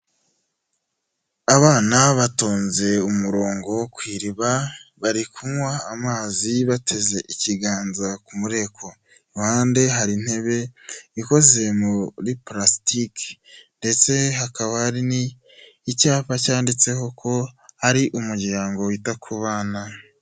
Abana batonze umurongo ku iriba bari kunywa amazi bateze ikiganza ku mureko, iruhande hari intebe ikoze muri purasitiki ndetse hakaba hari icyapa cyanditseho ko ari umuryango wita ku bana.